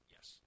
Yes